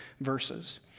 verses